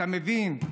אתה מבין?